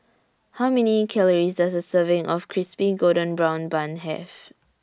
How Many Calories Does A Serving of Crispy Golden Brown Bun Have